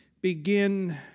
begin